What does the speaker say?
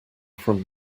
from